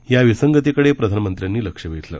या विसंगतीकडे प्रधानमंत्र्यांनी लक्ष वेधलं